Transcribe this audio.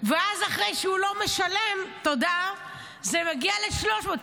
ואז אחרי שהוא לא משלם, תודה, זה מגיע ל-300.